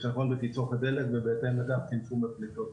חיסכון בתצרוכת הדלק ובהתאם לכך צמצום הפליטות.